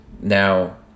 Now